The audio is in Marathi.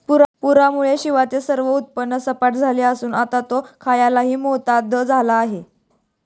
पूरामुळे शिवाचे सर्व उत्पन्न सपाट झाले असून आता तो खाण्यालाही मोताद झाला आहे